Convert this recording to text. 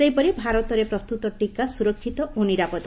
ସେହିପରି ଭାରତରେ ପ୍ରସ୍ତତ ଟିକା ସୁରକ୍ଷିତ ଓ ନିରାପଦ